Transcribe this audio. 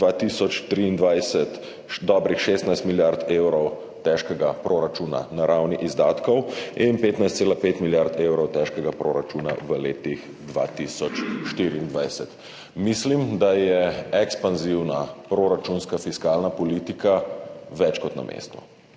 2023 dobrih 16 milijard evrov težak proračun na ravni izdatkov in 15,5 milijarde evrov težak proračun v letu 2024. Mislim, da je ekspanzivna proračunska fiskalna politika več kot na mestu.